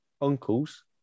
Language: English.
Uncles